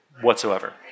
whatsoever